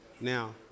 Now